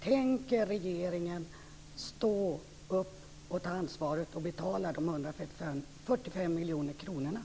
Tänker regeringen stå upp, ta ansvaret och betala de 145 miljoner kronorna?